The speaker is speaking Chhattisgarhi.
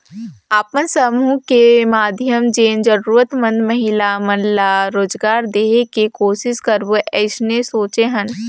अपन समुह के माधियम जेन जरूरतमंद महिला मन ला रोजगार देहे के कोसिस करबो अइसने सोचे हन